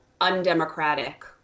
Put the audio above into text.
undemocratic